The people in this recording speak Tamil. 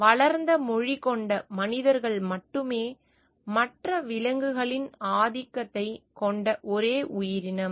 வளர்ந்த மொழி கொண்ட மனிதர்கள் மட்டுமே மற்ற விலங்குகளின் ஆதிக்கத்தைக் கொண்ட ஒரே உயிரினம்